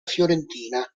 fiorentina